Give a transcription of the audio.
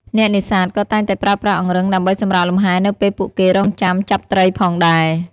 អ្នកនេសាទក៏តែងតែប្រើប្រាស់អង្រឹងដើម្បីសម្រាកលំហែនៅពេលពួកគេរង់ចាំចាប់ត្រីផងដែរ។